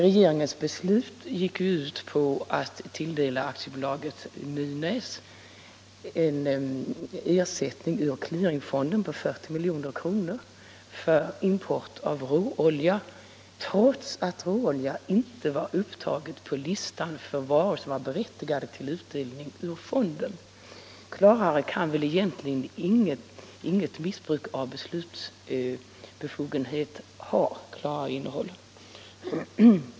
Regeringen beslöt alltså att ur clearingfonden tilldela AB Nynäs-Petroleum en ersättning på 40 milj.kr. för import av råolja, trots att råolja inte var upptaget på listan över varor som var berättigade till utdelning ur fonden. Klarare kan inget missbruk av beslutsbefogenheten vara.